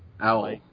Owl